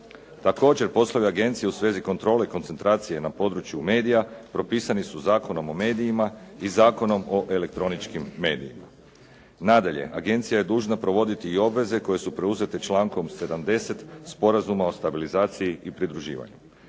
Također poslovi agencije u svezi kontrole i koncentracije na području medija propisani su Zakonom o medijima i Zakonom o elektroničkim medijima. Nadalje, agencija je dužna provoditi i obveze koje su preuzete člankom 70. Sporazuma o stabilizaciji i pridruživanju.